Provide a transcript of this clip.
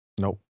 Nope